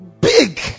Big